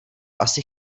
asi